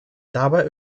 dabei